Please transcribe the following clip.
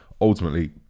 ultimately